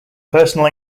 personal